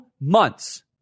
months